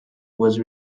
was